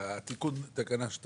תיקון תקנה 2